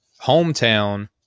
hometown